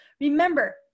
remember